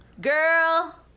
Girl